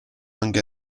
anche